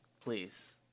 Please